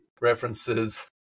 references